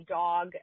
dog